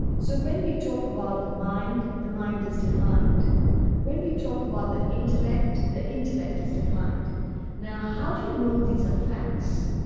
so when we talk about the mind, the mind is defined when we talk about the intellect, the intellect is defined now how do you know these are facts?